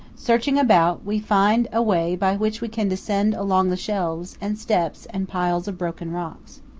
searching about, we find a way by which we can descend along the shelves and steps and piles of broken rocks.